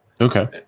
Okay